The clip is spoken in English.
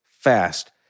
fast